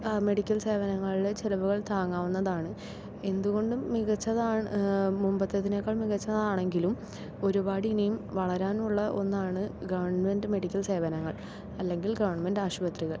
ആ മെഡിക്കൽ സേവനങ്ങളുടെ ചിലവുകൾ താങ്ങാവുന്നതാണ് എന്തുകൊണ്ടും മികച്ചതാണ് മുമ്പത്തതിനെക്കാൾ മികച്ചതാണെങ്കിലും ഒരുപാടിനിയും വളരാനുള്ള ഒന്നാണ് ഗവൺമെൻറ് മെഡിക്കൽ സേവനങ്ങൾ അല്ലെങ്കിൽ ഗവൺമെൻറ് ആശുപത്രികൾ